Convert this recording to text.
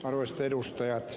arvoisat edustajat